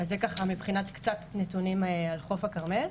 זה מבחינת קצת נתונים על חוף הכרמל.